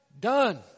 done